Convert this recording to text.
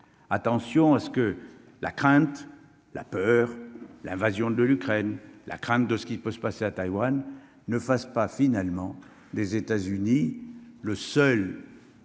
attention à ce que la crainte, la peur, l'invasion de l'Ukraine, la crainte de ce qui peut se passer à Taïwan ne fasse pas finalement des États-Unis, le seul.